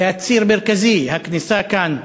זה היה ציר מרכזי, הכניסה, כאן,